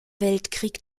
weltkrieg